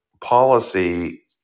policy